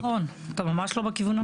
זה לא נכון, אתה ממש לא בכיוון הנכון.